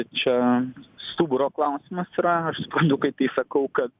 čia stuburo klausimas yra aš suprantu kaip tai sakau kad